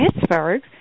Pittsburgh